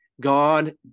God